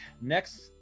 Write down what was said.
Next